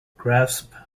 grasp